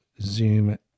zoom